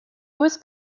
was